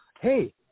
hey